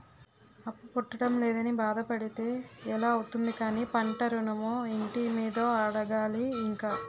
అప్పు పుట్టడం లేదని బాధ పడితే ఎలా అవుతుంది కానీ పంట ఋణమో, ఇంటి మీదో అడగాలి ఇంక